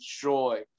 joy